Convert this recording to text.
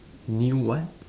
new what